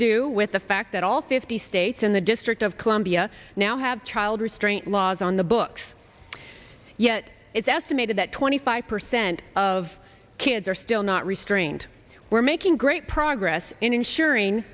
do with the fact that all fifty states in the district of columbia now have child restraint laws on the books yet it's estimated that twenty five percent of kids are still not restrained we're making great progress in ensuring